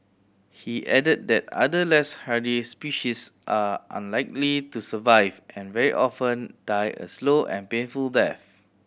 he added that other less hardy species are unlikely to survive and very often die a slow and painful death